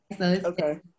Okay